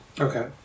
Okay